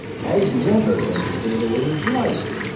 has never been a sailor in his life.